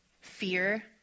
Fear